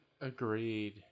Agreed